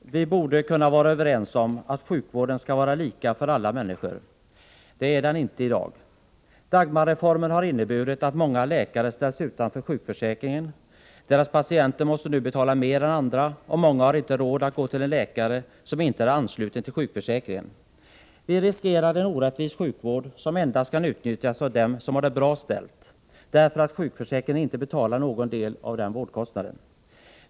Herr talman! Vi borde kunna vara överens om att sjukvården skall vara lika för alla människor. Det är den inte i dag. Dagmarreformen har inneburit att många läkare ställts utanför sjukförsäkringen. Dessa läkares patienter måste nu betala mer än andra, och många har inte råd att gå till en läkare som inte är ansluten till sjukförsäkringen. Vi riskerar en orättvis sjukvård, som endast kan utnyttjas av dem som har det bra ställt, därför att sjukförsäkringen inte betalar någon del av vårdkostnaden.